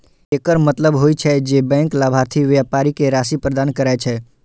एकर मतलब होइ छै, जे बैंक लाभार्थी व्यापारी कें राशि प्रदान करै छै